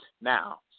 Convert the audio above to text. Now